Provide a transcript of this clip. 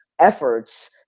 efforts